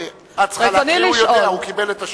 את צריכה להקריא, הוא יודע, הוא קיבל את השאילתא.